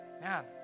man